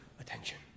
attention